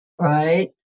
right